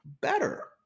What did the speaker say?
better